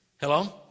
hello